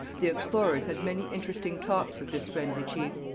the explorers had many interesting talks with this friendly chief.